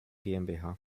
gmbh